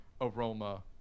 aroma